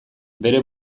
bere